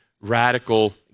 radical